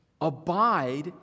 Abide